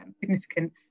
significant